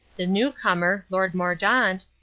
the newcomer, lord mordaunt,